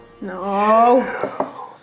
No